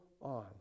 on